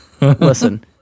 listen